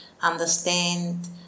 understand